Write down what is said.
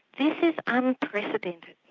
this is unprecedented.